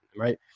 right